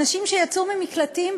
נשים שיצאו ממקלטים,